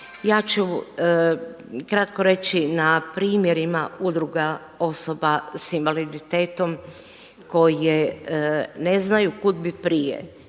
Ja ću kratko reći na primjerima udruga osoba sa invaliditetom koje ne znaju kuda bi prije,